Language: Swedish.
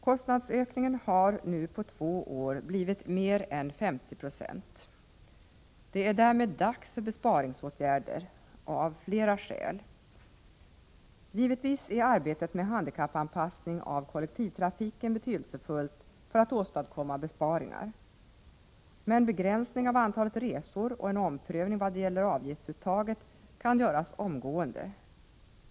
Kostnadsökningen har på två år blivit mer än 50 96. Det är därmed dags för besparingsåtgärder — och av flera skäl. Givetvis är arbetet med handikappanpassning av kollektivtrafiken betydelsefullt för att åstadkomma besparingar. Men en begränsning av antalet resor och en omprövning vad gäller avgiftsuttaget kan göras omgående.